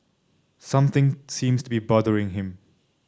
something seems to be bothering him